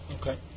Okay